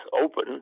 open